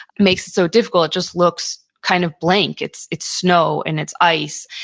makes it so difficult? it just looks kind of blank. it's it's snow and it's ice.